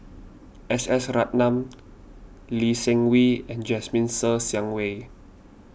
S S Ratnam Lee Seng Wee and Jasmine Ser Xiang Wei